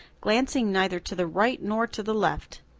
glancing neither to the right nor to the left.